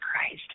Christ